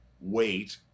wait